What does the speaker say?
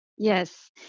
Yes